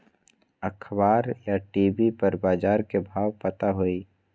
अखबार या टी.वी पर बजार के भाव पता होई?